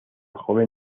joven